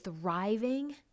thriving